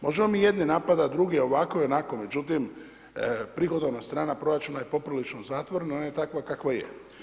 Možemo mi jedne napadat, druge ovako i onako, no međutim, prihodovna strana proračuna je poprilično zatvorena, ona je takva kakva je.